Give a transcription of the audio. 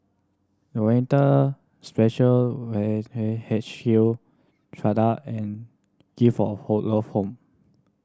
Volunteer Special H Q Strata and Gift of Home